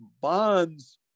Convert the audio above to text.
bonds